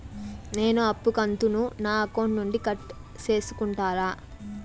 నేను అప్పు కంతును నా అకౌంట్ నుండి కట్ సేసుకుంటారా?